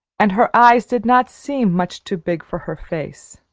and her eyes did not seem much too big for her face.